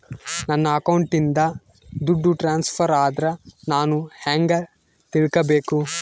ನನ್ನ ಅಕೌಂಟಿಂದ ದುಡ್ಡು ಟ್ರಾನ್ಸ್ಫರ್ ಆದ್ರ ನಾನು ಹೆಂಗ ತಿಳಕಬೇಕು?